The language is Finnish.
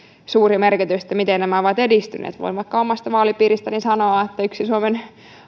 suuri merkitys sille miten nämä ovat edistyneet voin vaikka omasta vaalipiiristäni sanoa että yksi suomen